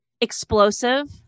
explosive